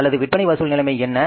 அல்லது விற்பனை வசூல் நிலைமை என்ன